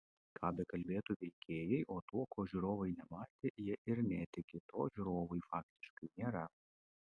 ką bekalbėtų veikėjai o tuo ko žiūrovai nematė jie ir netiki to žiūrovui faktiškai nėra